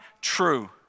True